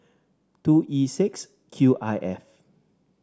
two E six Q I F